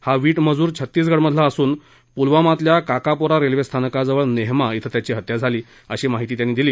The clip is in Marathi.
हा वीट मजूर छत्तीसगडमधला असून पुलवामातल्या काकापोरा रेल्वेस्थानकाजवळ नेहमा इथं त्याची हत्या झाली अशी माहिती त्यांनी दिली